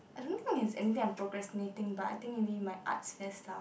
I don't know if there's anything i'm procrastinating but i think maybe my arts fest stuff